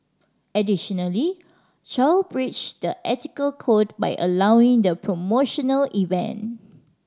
additionally Chow breached the ethical code by allowing the promotional event